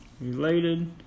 related